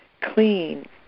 clean